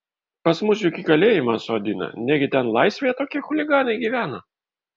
pas mus juk į kalėjimą sodina negi ten laisvėje tokie chuliganai gyvena